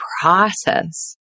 process